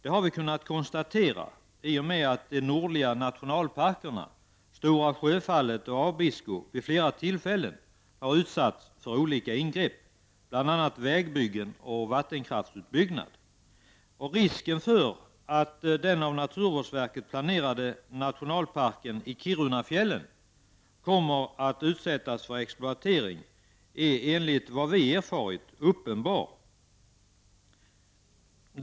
Det har vi kunnat konstatera i och med att de nordliga nationalparkerna, Stora Sjöfallet och Abisko, vid flera tillfällen har utsatts för olika ingrepp, bl.a. vägbyggen och vattenkraftsutbyggnad. Risken för att den av naturvårdsverket planerade nationalparken i Kirunafjällen kommer att utsättas för exploatering är enligt vad vi erfarit uppenbar.